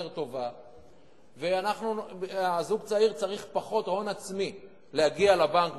טובה והזוג הצעיר צריך פחות הון עצמי להגיע לבנק,